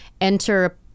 enter